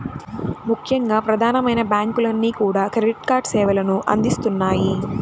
ముఖ్యంగా ప్రధానమైన బ్యాంకులన్నీ కూడా క్రెడిట్ కార్డు సేవల్ని అందిత్తన్నాయి